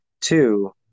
two